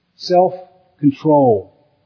Self-control